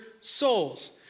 souls